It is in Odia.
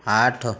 ଆଠ